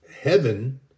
heaven